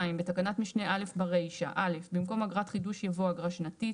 בתקנת משנה (א) ברישה - במקום "אגרת חידוש" יבוא "אגרה שנתית".